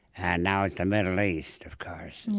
and now it's the middle east, of course.